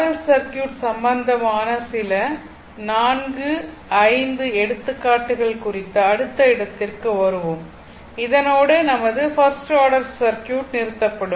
L circuit சம்பந்தமான சில 4 5 எடுத்துக்காட்டுகள் குறித்த அடுத்த இடத்திற்கு வருவோம் இதனோடு நமது ஃபர்ஸ்ட் ஆர்டர் சர்க்யூட் நிறுத்தப்படும்